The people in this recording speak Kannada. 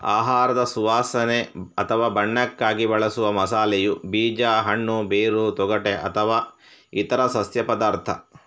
ಆಹಾರದ ಸುವಾಸನೆ ಅಥವಾ ಬಣ್ಣಕ್ಕಾಗಿ ಬಳಸುವ ಮಸಾಲೆಯು ಬೀಜ, ಹಣ್ಣು, ಬೇರು, ತೊಗಟೆ ಅಥವಾ ಇತರ ಸಸ್ಯ ಪದಾರ್ಥ